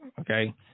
Okay